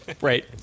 Right